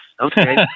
Okay